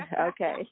Okay